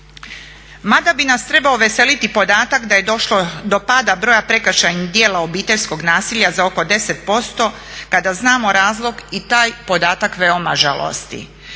Ma da bi nas trebao veseliti podatak da je došlo do pada broja prekršajnih djela obiteljskog nasilja za oko 10% kada znamo razlog i taj podatak veoma žalosti.